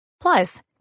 Plus